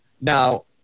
Now